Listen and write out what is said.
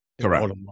correct